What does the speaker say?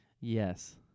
Yes